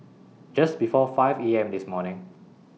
Just before five A M This morning